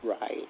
Right